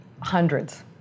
Hundreds